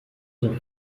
sind